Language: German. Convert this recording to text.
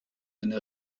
eine